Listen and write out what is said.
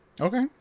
Okay